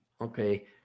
Okay